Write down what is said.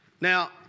Now